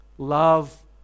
love